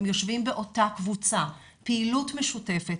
הם יושבים באותה קבוצה, פעילות משותפת.